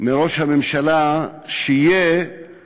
מראש הממשלה שיהיה